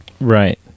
Right